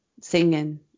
singing